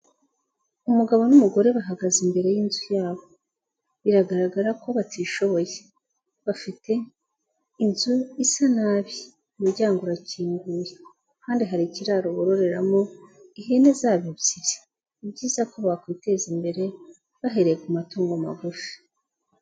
Umugabo n'umugore bahagaze imbere yinzu yabo. Biragaragara ko batishoboye. Bafite, inzu isa nabi. Umuryango urakinguye, kandi hari ikiraro Bororeramo, ihene zabo ebyiri. Ni byiza ko bakwiteza imbere, bahereye ku matungo magufi.